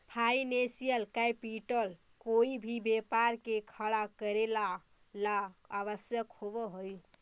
financial capital कोई भी व्यापार के खड़ा करेला ला आवश्यक होवऽ हई